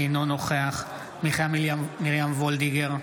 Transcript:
אינו נוכח מיכל מרים וולדיגר,